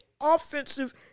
offensive